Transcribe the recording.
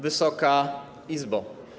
Wysoka Izbo!